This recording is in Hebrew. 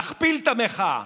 נכפיל את המחאה,